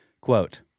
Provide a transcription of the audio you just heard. Quote